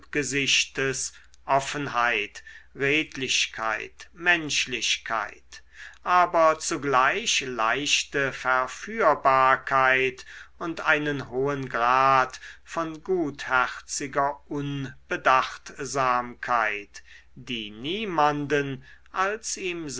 halbgesichtes offenheit redlichkeit menschlichkeit aber zugleich leichte verführbarkeit und einen hohen grad von gutherziger unbedachtsamkeit die niemanden als ihm